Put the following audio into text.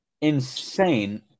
Insane